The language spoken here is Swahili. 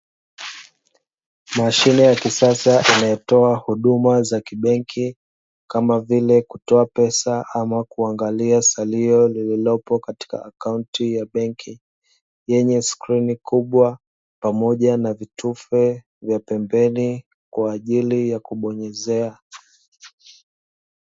Mashine ya kisasa inayotoa huduma za kibenki kama vile kutoa pesa ama kuangalia salio lililopo katika akaunti ya benki, yenye skrini kubwa pamoja na vitufe vya pembeni kwa ajili ya kubonyezea.